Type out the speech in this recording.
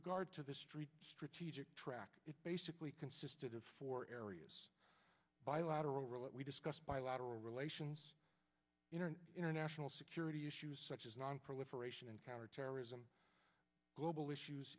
regard to the street strategic track it's basically consisted of four areas bilateral real it we discussed bilateral relations international security issues such as nonproliferation and counterterrorism global issues